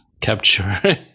capture